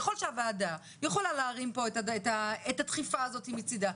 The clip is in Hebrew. ככל שהועדה יכולה להרים פה את הדחיפה הזאת מצידה,